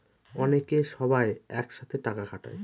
অনেকে সবাই এক সাথে টাকা খাটায়